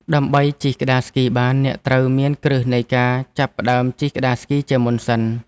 ដើម្បីជិះក្ដារស្គីបាន អ្នកត្រូវមានគ្រឹះនៃការចាប់ផ្ដើមជិះក្ដារស្គីជាមុនសិន។